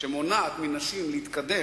את החמצת את הקומפלימנטים שקיבלת